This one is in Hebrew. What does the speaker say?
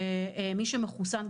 שמי שמחוסן,